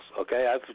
Okay